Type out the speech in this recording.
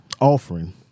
offering